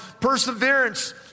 perseverance